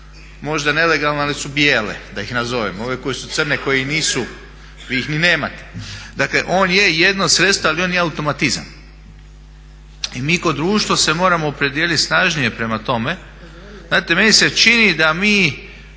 možda nelegalne, ali su bijele da ih nazovemo. Ove koje su crne koje i nisu, vi ih ni nemate. Dakle, on je jedno sredstvo, ali on je automatizam. I mi kao društvo se moramo opredijeliti snažnije prema tome. Znate, meni se čini da mi